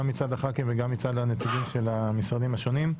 גם מצד הח"כים וגם מצד הנציגים של המשרדים השונים.